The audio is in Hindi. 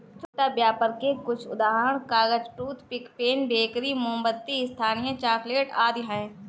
छोटा व्यापर के कुछ उदाहरण कागज, टूथपिक, पेन, बेकरी, मोमबत्ती, स्थानीय चॉकलेट आदि हैं